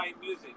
music